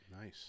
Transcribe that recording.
Nice